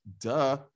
Duh